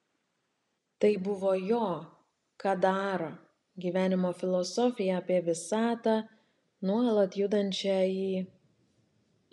tai buvo jo kadaro gyvenimo filosofija apie visatą nuolat judančią į